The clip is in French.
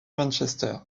manchester